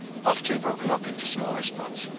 often broken up into smaller spots,